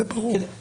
זה ברור.